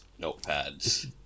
notepads